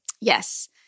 Yes